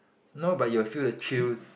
no but you will feel the chills